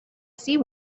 see